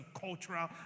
cultural